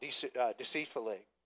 deceitfully